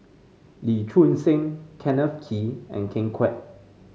Lee Choon Seng Kenneth Kee and Ken Kwek